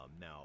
now